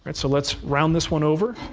but so let's round this one over.